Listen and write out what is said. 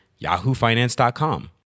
yahoofinance.com